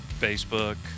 Facebook